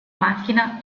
macchina